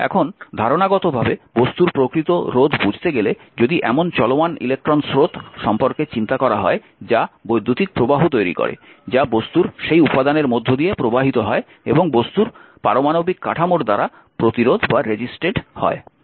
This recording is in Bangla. এখন ধারণাগতভাবে বস্তুর প্রকৃত রোধ বুঝতে গেলে যদি এমন চলমান ইলেকট্রন স্রোত সম্পর্কে চিন্তা করা হয় যা বৈদ্যুতিক প্রবাহ তৈরি করে যা বস্তুর সেই উপাদানের মধ্য দিয়ে প্রবাহিত হয় এবং বস্তুর পারমাণবিক কাঠামোর দ্বারা প্রতিরোধ সৃষ্টি করে